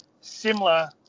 similar